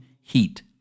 heat